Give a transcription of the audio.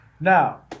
Now